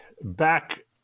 back